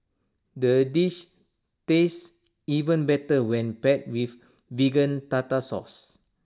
the dish tastes even better when paired with Vegan Tartar Sauce